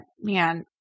man